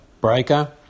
Breaker